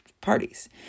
parties